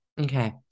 Okay